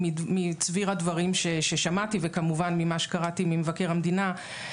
מצביר הדברים ששמעתי וכמובן ממה שקראתי ממבקר המדינה.